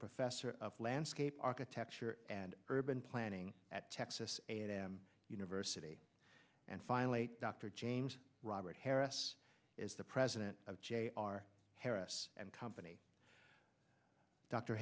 professor of landscape architecture and urban planning at texas a and m university and finally dr james robert harris is the president of j r harris and company dr